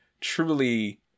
truly